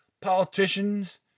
Politicians